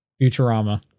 Futurama